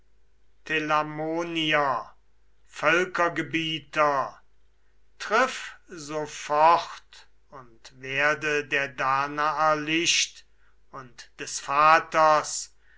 telamonier völkergebieter triff so fort und werde der danaer licht und des vaters